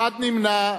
אחד נמנע.